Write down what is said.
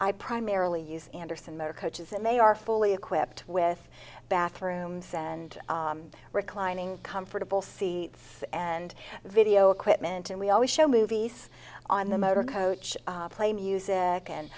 i primarily use anderson motor coaches and they are fully equipped with bathrooms and reclining comfortable seats and video equipment and we always show movies on the motorcoach play music and